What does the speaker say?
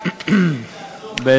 הלוואי, ושאלוהים יעזור לנו.